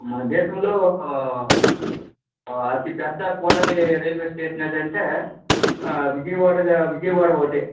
మన దేశంలో అతి పెద్ద కూడలి రైల్వే స్టేషన్ ఏదంటే విజయవాడగా విజయవాడ ఒకటే